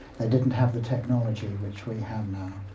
they didn't have the technology which we have now.